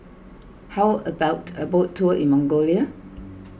how about a boat tour in Mongolia